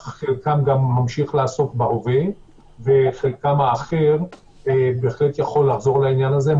חלקם גם ממשיך לעסוק בזה בהווה וחלקם האחר בהחלט יכול לחזור לעניין הזה,